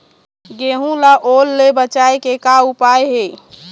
गेहूं ला ओल ले बचाए के का उपाय हे?